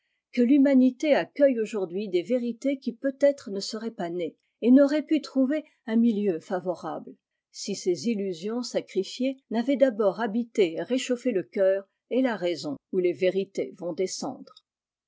que l'humanité accueille aujourd'hui des vérités qui peut-être ne seraient pas nées et n'auraient pu trouver un milieu favorable si ces illusions sacrifiées n'avaient d'abord habité et réchauffé le cœur et la raison où les vérités vont descendre